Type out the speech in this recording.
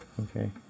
Okay